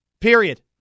Period